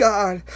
God